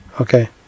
Okay